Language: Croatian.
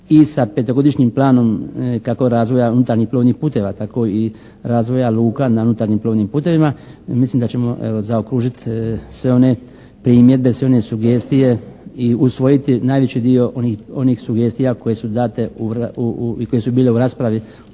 i sa 5-godišnjim planom kako razvoja unutarnjih plovnih puteva tako i razvoja luka na unutarnjim plovnim putevima mislim da ćemo evo zaokružiti sve one primjedbe, sve one sugestije i usvojiti najveći dio onih sugestija koje su date i koje